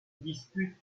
dispute